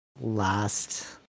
last